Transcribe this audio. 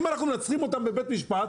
אם אנחנו מנצחים אותם בבית משפט,